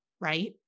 right